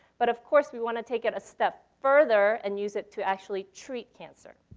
but of course, we wanna take it a step further and use it to actually treat cancer.